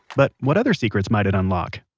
but what other secrets might it unlock?